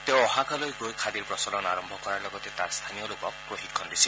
তেওঁ অ'হাকালৈ গৈ খাদীৰ প্ৰচলন আৰম্ভ কৰাৰ লগতে তাৰ স্থানীয় লোকক প্ৰশিক্ষণ দিছিল